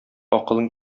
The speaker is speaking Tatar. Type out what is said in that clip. акылың